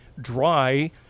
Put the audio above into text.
dry